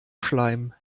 schleim